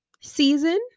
season